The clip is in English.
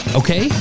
okay